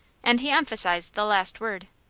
and he emphasized the last word.